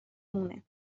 مونه